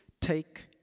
take